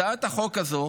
הצעת החוק הזו